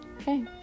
Okay